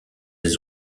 des